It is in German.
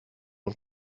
und